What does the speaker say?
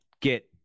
get